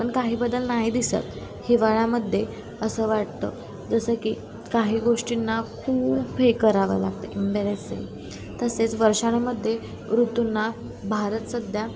पण काही बदल नाही दिसत हिवाळ्यामध्ये असं वाटतं जसं की काही गोष्टींना खूप हे करावं लागतं इम्बेरेसिंग तसेच वर्षांमध्ये ऋतूंना भारत सध्या